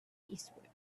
eastward